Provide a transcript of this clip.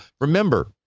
remember